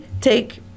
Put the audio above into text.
take